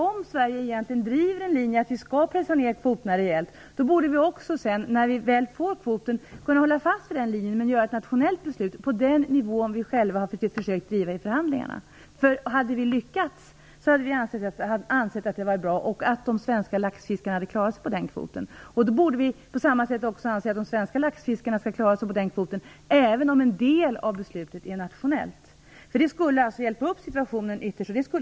Om Sverige driver en linje att vi skall pressa ner kvoterna rejält borde vi när vi väl får kvoten hålla fast vid den linjen och fatta ett nationellt beslut på den nivå som vi själva har försökt att driva i förhandlingarna. Hade vi lyckats skulle vi ansett att det var bra och att de svenska laxfiskarna hade klarat sig på den kvoten. Då borde vi på samma sätt anse att de svenska laxfiskarna skall klara sig på den kvoten även om en del av beslutet är nationellt. Det skulle hjälpa upp situationen.